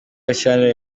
gashyantare